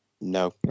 No